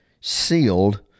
sealed